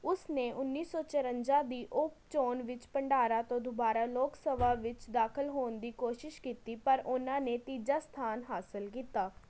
ਉਸ ਨੇ ਉੱਨੀ ਸੌ ਚੁਰੰਜਾ ਦੀ ਉਪ ਚੋਣ ਵਿੱਚ ਭੰਡਾਰਾ ਤੋਂ ਦੁਬਾਰਾ ਲੋਕ ਸਭਾ ਵਿੱਚ ਦਾਖਲ ਹੋਣ ਦੀ ਕੋਸ਼ਿਸ਼ ਕੀਤੀ ਪਰ ਉਨ੍ਹਾਂ ਨੇ ਤੀਜਾ ਸਥਾਨ ਹਾਸਲ ਕੀਤਾ